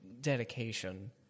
dedication